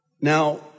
Now